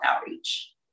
outreach